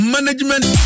Management